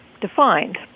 defined